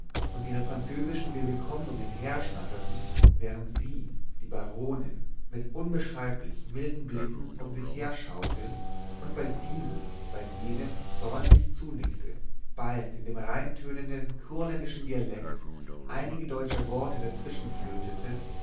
und ihre französischen bewillkommnungen herschnatterten während sie die baronin mit unbeschreiblich milden blicken um sich her schaute und bald diesem bald jenem freundlich zunickte bald in dem rein tönenden kurländischen dialekt einige deutsche worte dazwischen flötete